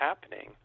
happening